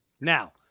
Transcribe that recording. Now